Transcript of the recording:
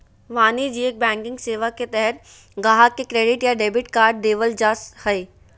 वाणिज्यिक बैंकिंग सेवा के तहत गाहक़ के क्रेडिट या डेबिट कार्ड देबल जा हय